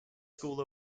school